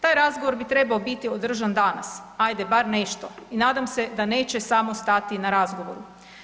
Taj razgovor bi trebao biti održan danas, ajde bar nešto i nadam se da neće samo stati na razgovoru.